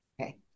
Okay